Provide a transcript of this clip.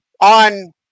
on